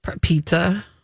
pizza